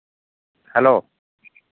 hello